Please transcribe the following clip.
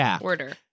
order